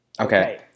Okay